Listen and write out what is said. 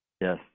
yes